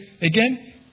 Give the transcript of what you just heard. Again